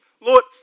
Lord